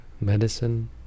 medicine